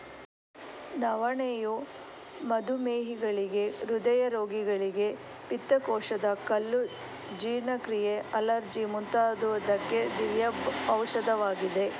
ನವಣೆಯು ಮಧುಮೇಹಿಗಳಿಗೆ, ಹೃದಯ ರೋಗಿಗಳಿಗೆ, ಪಿತ್ತಕೋಶದ ಕಲ್ಲು, ಜೀರ್ಣಕ್ರಿಯೆ, ಅಲರ್ಜಿ ಮುಂತಾದುವಕ್ಕೆ ದಿವ್ಯ ಔಷಧವಾಗಿದೆ